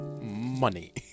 money